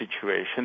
situation